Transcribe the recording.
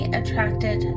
attracted